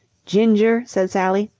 ginger, said sally,